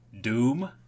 Doom